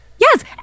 yes